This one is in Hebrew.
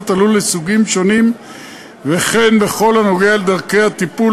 הלול לסוגים שונים וכן בכל הנוגע לדרכי הטיפול,